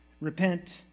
Repent